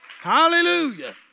Hallelujah